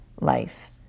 life